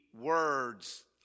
words